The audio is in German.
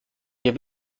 wir